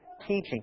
teaching